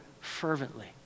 fervently